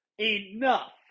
enough